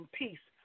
peace